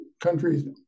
countries